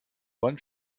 wand